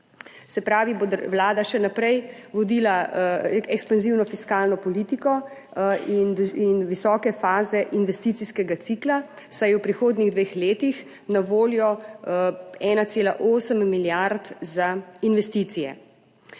Se pravi, bo vlada še naprej vodila ekspanzivno fiskalno politiko in visoke faze investicijskega cikla, saj je v prihodnjih dveh letih na voljo 1,8 milijard za investicije.